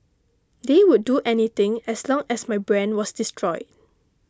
they would do anything as long as my brand was destroyed